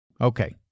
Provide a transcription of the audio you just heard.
Okay